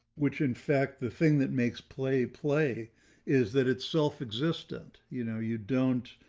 which in fact, the thing that makes play play is that itself existed, you know, you don't